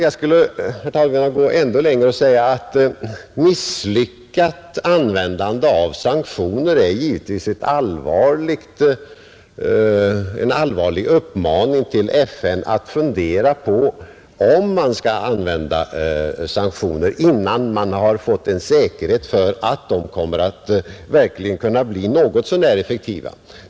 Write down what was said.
Jag skulle, herr talman, vilja gå ännu längre och säga att misslyckat användande av sanktioner givetvis är en allvarlig uppmaning till IN att fundera på om man skall använda sanktioner innan man fått en säkerhet för att de verkligen kommer att kunna bli något så när effektiva.